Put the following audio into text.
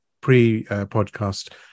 pre-podcast